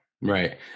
Right